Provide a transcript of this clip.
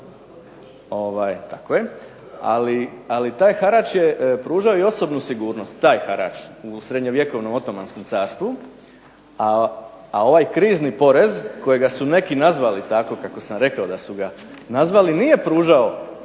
Ali taj harač je pružao i osobnu sigurnost, taj harač u srednjevjekovnom Otomanskom carstvu, a ovaj krizni porez kojega su neki nazvali tako kako sam rekao da su ga nazvali nije pružao